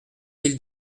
mille